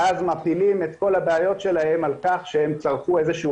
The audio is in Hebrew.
ואז מפילים את כל הבעיות שלהם בכך שהם צרכו איזה שהוא